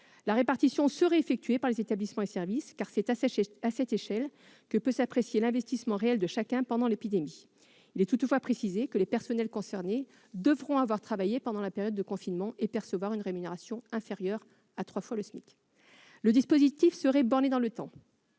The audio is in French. La répartition serait effectuée par les établissements et services, car c'est à cette échelle que peut s'apprécier l'investissement réel de chacun pendant l'épidémie. Il est toutefois précisé que les personnels concernés devront avoir travaillé pendant la période de confinement et percevoir une rémunération inférieure à trois fois le SMIC. Le dispositif serait borné dans le temps,